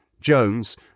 Jones